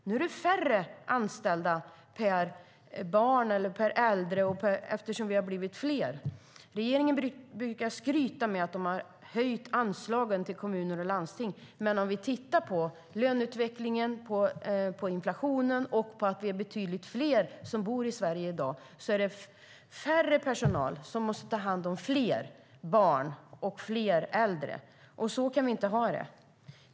Det är färre anställda per barn och äldre eftersom vi har blivit fler. Regeringen brukar skryta med att de har höjt anslagen till kommuner och landsting, men på grund av löneutveckling och inflation och eftersom vi är betydligt fler som bor i Sverige i dag är det färre anställda som måste ta hand om fler barn och äldre. Så kan vi inte ha det.